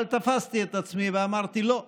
אבל תפסתי את עצמי ואמרתי: לא,